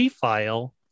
file